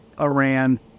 Iran